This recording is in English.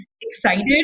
excited